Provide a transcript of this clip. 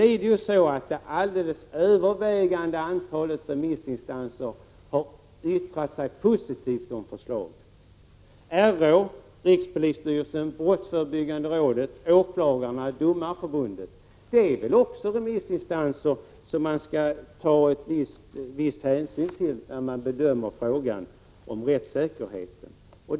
Men det alldeles övervägande antalet remissinstanser har yttrat sig positivt om förslaget. RÅ, rikspolisstyrelsen, brottsförebyggande rådet, åklagarna, domarförbundet — det är väl också remissinstanser som man skall ta viss hänsyn till när man bedömer frågan om rättssäkerheten.